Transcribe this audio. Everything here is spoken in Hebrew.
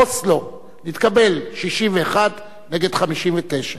אוסלו נתקבל, 61 נגד 59,